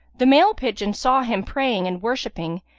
the male pigeon saw him praying and worshipping,